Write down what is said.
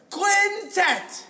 Quintet